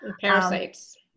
Parasites